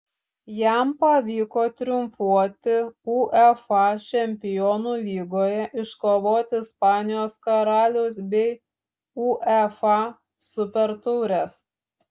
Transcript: jam pavyko triumfuoti uefa čempionų lygoje iškovoti ispanijos karaliaus bei uefa supertaures